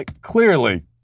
Clearly